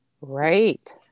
Right